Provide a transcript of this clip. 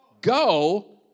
go